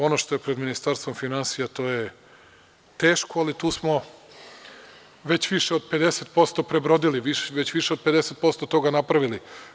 Ono što je pred Ministarstvom finansija, to je teško, ali tu smo već više od 50% prebrodili, već više od 50% toga napravili.